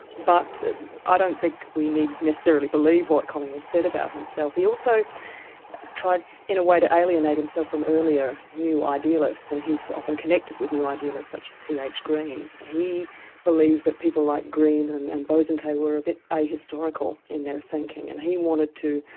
but i don't think we need necessarily believe what collingwood said about himself. he also tried in a way to alienate himself from earlier new idealists, and he's often connected with new idealists such as t. h. green. he believed that people like green and and bosanquet were a bit ahistorical in their thinking, and he wanted to